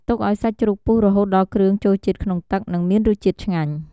ទុកឱ្យសាច់ជ្រូកពុះរហូតដល់គ្រឿងចូលជាតិក្នុងទឹក និងមានរសជាតិឆ្ងាញ់។